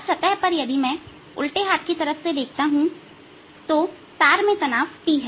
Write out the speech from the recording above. तब सतह पर यदि मैं उल्टे हाथ की तरफ से देखता हूं तो तार में तनाव T है